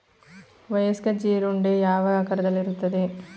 ವಯಸ್ಕ ಜೀರುಂಡೆ ಯಾವ ಆಕಾರದಲ್ಲಿರುತ್ತದೆ?